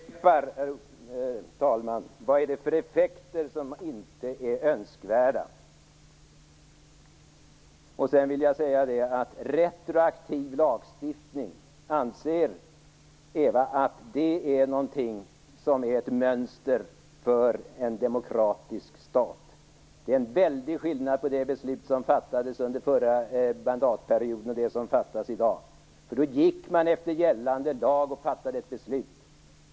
Herr talman! Jag upprepar min fråga: Vilka effekter är inte önskvärda? Anser Eva Arvidsson att retroaktiv lagstiftning är någonting för en demokratisk stat? Det är en väldig skillnad på det beslut som fattades under förra mandatperioden och det som fattas i dag. Då gick man efter gällande lag och fattade ett beslut.